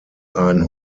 ein